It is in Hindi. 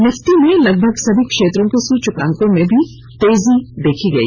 निफ्टी में लगभग सभी क्षेत्रों के सूचकांकों में भी तेजी देखी गई